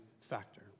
factor